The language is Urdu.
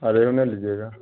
ریہو نہیں لیجیے گا